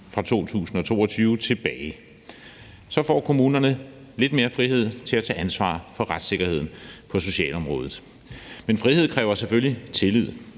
fra 2022 tilbage. Så får kommunerne lidt mere frihed til at tage ansvar for retssikkerheden på socialområdet. Men frihed kræver selvfølgelig tillid,